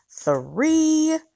three